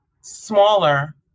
smaller